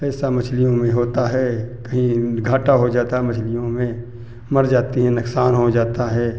ऐसा मछलियों में होता है कहीं घाटा हो जाता है मछलियों में मर जाती हैं नुकसान हो जाता है